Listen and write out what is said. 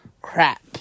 crap